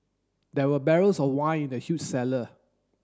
there were barrels of wine in the huge cellar